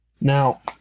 now